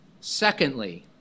Secondly